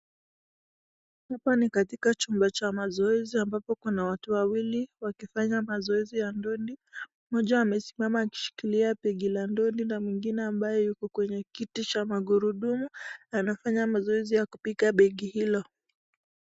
Hapa ni katika chumba cha mazoezi ambapo kuna watu wawili wakifanya mazoezi ya dondi. Mmoja amesimama akishikilia begi la dondi na mwingine ambaye yuko kwenye kiti cha magurudumu anafanya mazoezi ya kupiga begi hilo.